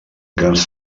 grans